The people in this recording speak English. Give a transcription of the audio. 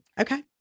Okay